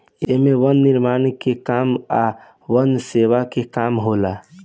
एमे वन निर्माण के काम आ वन सेवा के काम होला